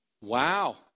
Wow